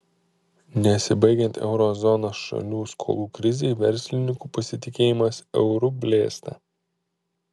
nesibaigiant euro zonos šalių skolų krizei verslininkų pasitikėjimas euru blėsta